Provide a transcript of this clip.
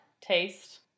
Taste